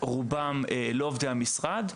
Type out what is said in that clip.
רובם לא עובדי המשרד.